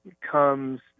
comes